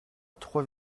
trois